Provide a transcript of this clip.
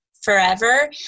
forever